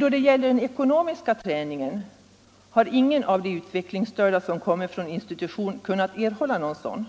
Då det gäller den ekonomiska träningen har däremot ingen av de utvecklingsstörda som kommer från en institution kunnat erhålla någon sådan,